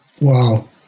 Wow